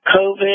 COVID